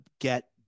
get